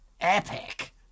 Epic